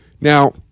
Now